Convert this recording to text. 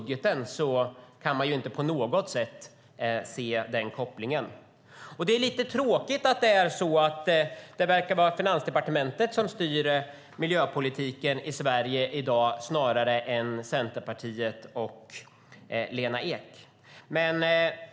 Det är synd att det verkar vara Finansdepartementet som styr miljöpolitiken i Sverige i dag snarare än Centerpartiet och Lena Ek.